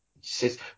says